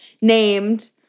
named